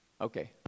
okay